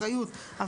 לא בהכרח נמצא כל